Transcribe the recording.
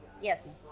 yes